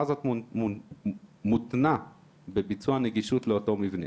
הזאת מותנית בביצוע נגישות לאותו מבנה.